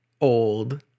old